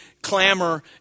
clamor